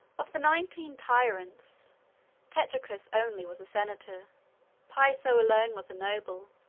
of the nineteen tyrants tetricus only was a senator piso alone was a noble.